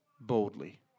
boldly